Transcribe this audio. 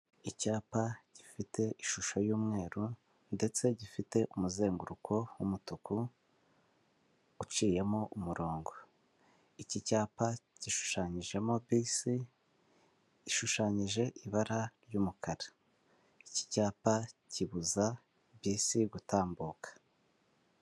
Icyapa gifite ishusho y'umweru ndetse gifite umuzenguruko w'umutuku uciyemo umurongo, iki cyapa gishushanyijemo bisi ishushanyije ibara ry'umukara, iki cyapa kibuza bisi gutambuka.